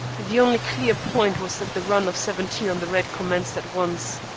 the only clear point was that the run of seventeen on the red commenced at once.